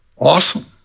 awesome